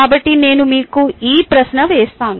కాబట్టి నేను మీకు ఈ ప్రశ్న వేస్తాను